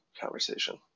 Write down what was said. conversation